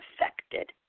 affected